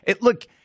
look